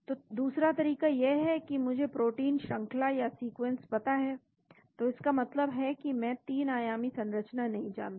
तो दूसरा तरीका यह है कि मुझे प्रोटीन श्रंखला या सीक्वेंस पता है तो इसका मतलब है की मैं ३ आयामी संरचना नहीं जानता